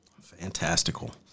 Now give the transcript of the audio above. Fantastical